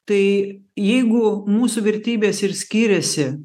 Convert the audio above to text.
tai jeigu mūsų vertybės ir skiriasi